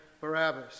Barabbas